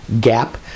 GAP